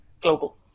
global